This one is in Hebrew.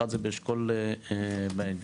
אחד זה באשכול הגליל,